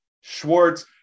Schwartz